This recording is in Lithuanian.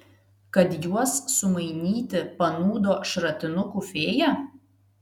kad juos sumainyti panūdo šratinukų fėja